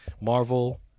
Marvel